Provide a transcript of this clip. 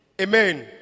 Amen